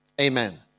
Amen